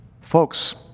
Folks